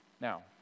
Now